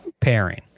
pairing